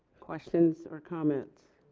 questions or comments?